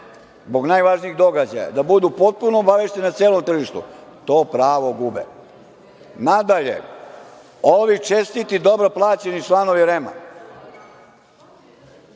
zbog najvažnijih događaja da budu potpuno obavešteni na celom tržištu, to pravo gube. Dalje, ovi čestiti, dobro plaćeni članovi REM-a